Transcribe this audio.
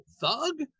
Thug